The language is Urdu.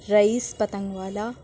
رئیس پتنگ والا